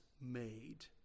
made